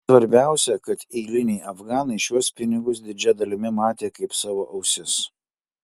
svarbiausia kad eiliniai afganai šiuos pinigus didžia dalimi matė kaip savo ausis